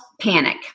panic